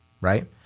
right